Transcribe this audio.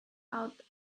out